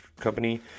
company